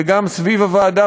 וגם סביב הוועדה,